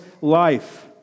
life